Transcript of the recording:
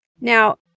Now